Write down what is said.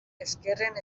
ezkerren